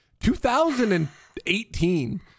2018